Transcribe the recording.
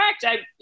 correct